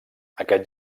aquest